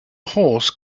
horse